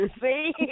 See